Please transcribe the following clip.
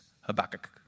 Habakkuk